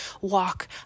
walk